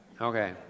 okay